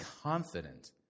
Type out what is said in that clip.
confident